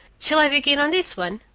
shall i begin on this one?